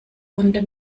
wunde